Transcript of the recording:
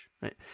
Right